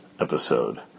episode